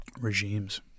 regimes